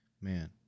man